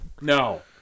No